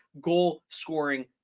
goal-scoring